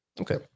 Okay